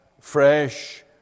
fresh